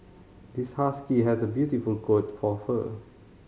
this husky has a beautiful coat of fur